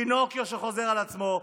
ופינוקיו שחוזר על עצמו,